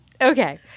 Okay